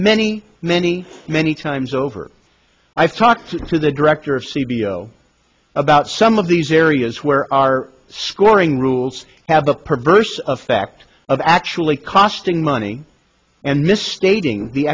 many many many times over i've talked to the director of c b l about some of these areas where our scoring rules have the perverse effect of actually costing money and misstating the